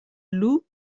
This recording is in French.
loup